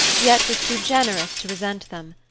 yet was too generous to resent them.